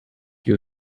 you